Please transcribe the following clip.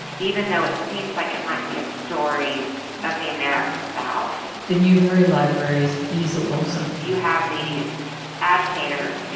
even though it seems like it might be a story of the american south the newberry library's liesl olson you have these agitators, these,